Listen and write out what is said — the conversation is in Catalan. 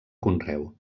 conreu